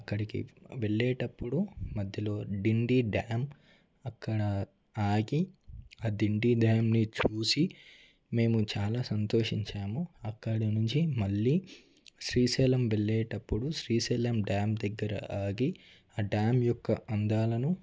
అక్కడికి వెళ్ళేటప్పుడు మధ్యలో డిండి డ్యా మ్ అక్కడ ఆగి ఆ డిండి డ్యామ్ని చూసి మేము చాలా సంతోషించాము అక్కడ నుంచి మళ్ళీ శ్రీశైలం వెళ్ళేటప్పుడు శ్రీశైలం డ్యామ్ దగ్గర ఆగి ఆ డ్యామ్ యొక్క అందాలను